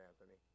Anthony